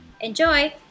Enjoy